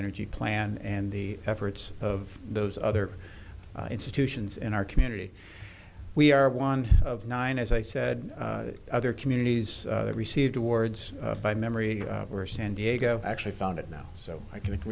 energy plan and the efforts of those other institutions in our community we are one of nine as i said other communities received awards by memory were san diego actually founded now so i can